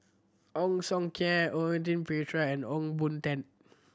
Ong Siong Kai Quentin Pereira and Ong Boon Tat